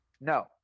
No